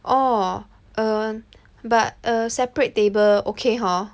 orh err but err separate table okay hor